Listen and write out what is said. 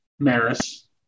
Maris